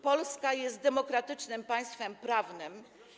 Polska jest demokratycznym państwem prawnym.